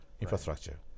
infrastructure